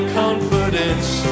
confidence